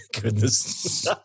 goodness